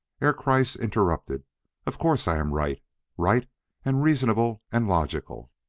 herr kreiss interrupted of course i am right right and reasonable and logical!